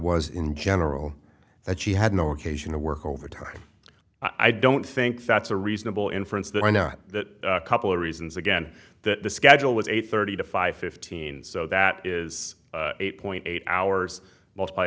was in general that she had no occasion to work overtime i don't think that's a reasonable inference that i know that a couple of reasons again that the schedule was eight thirty to five fifteen so that is eight point eight hours multiply